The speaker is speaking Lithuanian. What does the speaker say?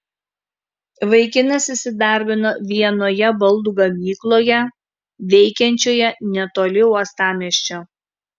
vaikinas įsidarbino vienoje baldų gamykloje veikiančioje netoli uostamiesčio